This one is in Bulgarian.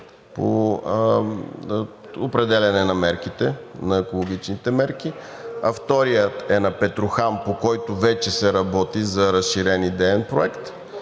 по определяне на екологичните мерки. Вторият е на Петрохан, по който вече се работи за разширен идеен проект.